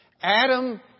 Adam